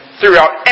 throughout